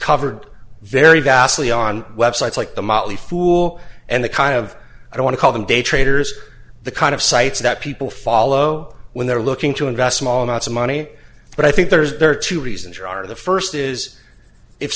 covered very vastly on websites like the motley fool and the kind of i want to call them day traders the kind of sites that people follow when they're looking to invest small amounts of money but i think there's there are two reasons here are the first is if